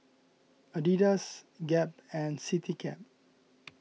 Adidas Gap and CityCab